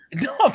No